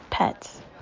pets